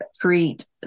treat